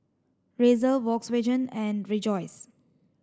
Razer Volkswagen and Rejoice